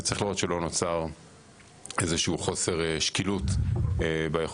וצריך לראות שלא נוצר חוסר שקילות ביכולת